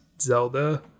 Zelda